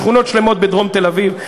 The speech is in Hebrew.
בשכונות שלמות בדרום תל-אביב,